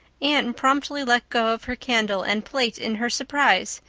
anne promptly let go of her candle and plate in her surprise,